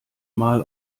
mal